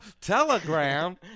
Telegram